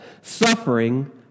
Suffering